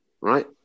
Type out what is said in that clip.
right